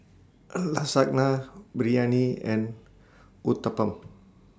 Lasagna Biryani and Uthapam